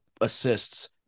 assists